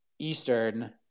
Eastern